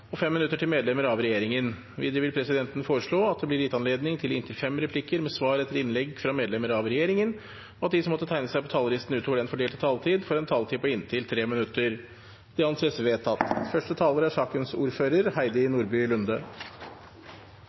og 5 minutter til medlemmer av regjeringen. Videre vil presidenten foreslå at det – innenfor den fordelte taletid – blir gitt anledning til inntil fem replikker med svar etter innlegg fra medlemmer av regjeringen, og at de som måtte tegne seg på talerlisten utover den fordelte taletid, får en taletid på inntil 3 minutter. – Det anses vedtatt. Første taler er ordfører